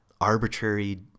arbitrary